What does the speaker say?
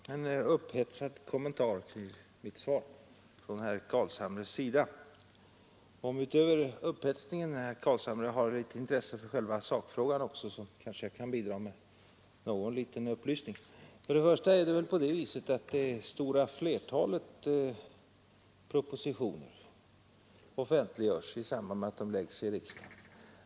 Herr talman! Det var en upphetsad kommentar herr Carlshamre gjorde till mitt svar. Om herr Carlshamre, utöver upphetsningen, också har intresse för själva sakfrågan kanske jag kan bidra med någon liten upplysning. Till att börja med offentliggörs de stora flertalet propositioner samtidigt med att de läggs fram i riksdagen.